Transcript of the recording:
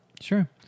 Sure